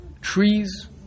trees